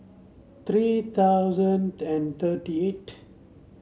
three thousand and thirty eight